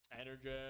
energy